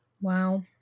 Wow